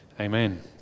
Amen